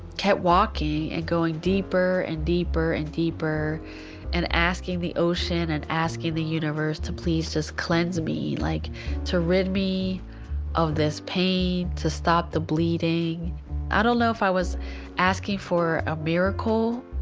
kept walking and going deeper and deeper and deeper and asking the ocean and asking the universe to please cleanse me. like to rid me of this pain, to stop the bleeding i don't know if i was asking for a miracle,